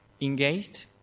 engaged